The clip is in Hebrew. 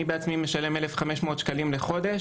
אני בעצמי משלם 1,500 שקלים לחודש,